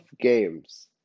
games